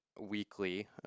weekly